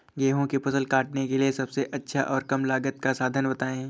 गेहूँ की फसल काटने के लिए सबसे अच्छा और कम लागत का साधन बताएं?